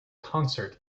concert